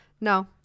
No